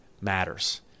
matters